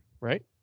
right